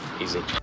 Easy